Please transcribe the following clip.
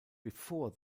before